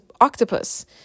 octopus